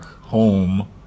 home